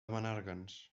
menàrguens